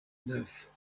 neuf